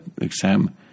exam